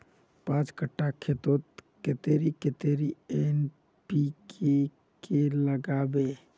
पाँच कट्ठा खेतोत कतेरी कतेरी एन.पी.के के लागबे?